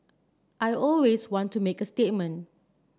I always want to make a statement